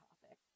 topic